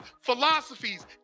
philosophies